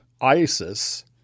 Isis